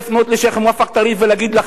לפנות כאן לשיח' מואפק טריף, להגיד לך: